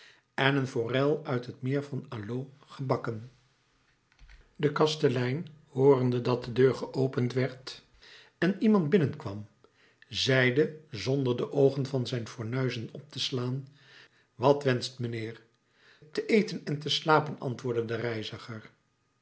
en een forel uit het meer van alloz gebakken de kastelein hoorende dat de deur geopend werd en iemand binnenkwam zeide zonder de oogen van zijn fornuizen op te slaan wat wenscht mijnheer te eten en te slapen antwoordde de reiziger